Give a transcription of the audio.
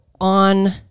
on